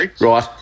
Right